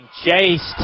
chased